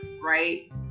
right